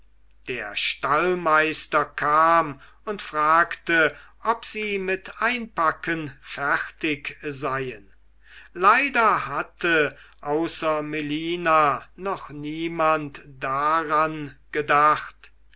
der stallmeister kam und fragte ob sie mit einpacken fertig seien leider hatte außer melina noch niemand daran gedacht